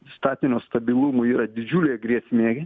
statinio stabilumui yra didžiulė grėsmėj